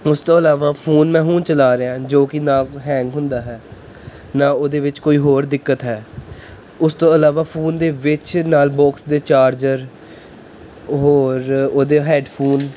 ਉਸ ਤੋਂ ਇਲਾਵਾ ਫੋਨ ਮੈਂ ਹੁਣ ਚਲਾ ਰਿਹਾ ਜੋ ਕਿ ਨਾ ਹੈਂਗ ਹੁੰਦਾ ਹੈ ਨਾ ਉਹਦੇ ਵਿੱਚ ਕੋਈ ਹੋਰ ਦਿੱਕਤ ਹੈ ਉਸ ਤੋਂ ਇਲਾਵਾ ਫੋਨ ਦੇ ਵਿੱਚ ਨਾਲ ਬੋਕਸ ਦੇ ਚਾਰਜਰ ਹੋਰ ਉਹਦੇ ਹੈਡ ਫੋਨ